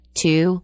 two